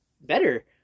better